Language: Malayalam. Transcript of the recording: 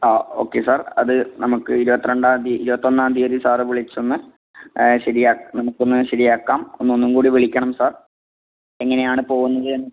ആ ഓക്കെ സാർ അത് നമുക്ക് ഇരുപത്തി രണ്ടാം തിയതി ഇരുപത്തൊന്നാം തീയ്യതി സാറ് വിളിച്ചൊന്ന് ശരിയാക്ക് നമുക്ക് ഒന്ന് ശരിയാക്കാം ഒന്ന് ഒന്നും കൂടി വിളിക്കണം സാർ എങ്ങനെയാണ് പോവുന്നതെന്ന്